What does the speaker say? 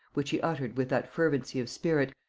which he uttered with that fervency of spirit,